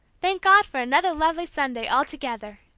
thank god for another lovely sunday all together,